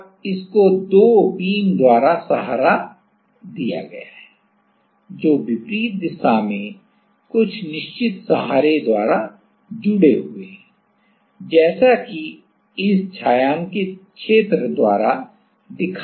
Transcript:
और इसको दो बीम द्वारा सहारा दिया गया है जो विपरीत दिशा में कुछ निश्चित सहारे द्वारा जुड़े हुए हैं जैसा कि इस छायांकित क्षेत्र द्वारा दिखाया गया है